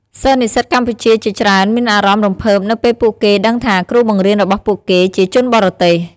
សិស្សនិស្សិតកម្ពុជាជាច្រើនមានអារម្មណ៍រំភើបនៅពេលពួកគេដឹងថាគ្រូបង្រៀនរបស់ពួកគេជាជនបរទេស។